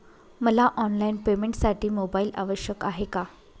मला ऑनलाईन पेमेंटसाठी मोबाईल आवश्यक आहे का?